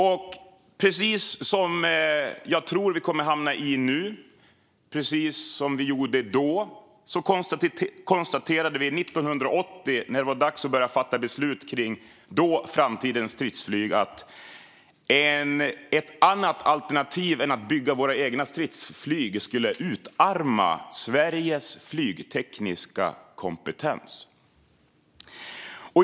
Jag tror att vi nu kommer att hamna i samma sak som då, när vi 1980 när det var dags att börja fatta beslut konstaterade kring framtidens stridsflyg att ett annat alternativ än att bygga egna stridsflygplan skulle utarma Sveriges flygtekniska kompetens.